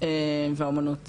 והאומנות